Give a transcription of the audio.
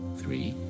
three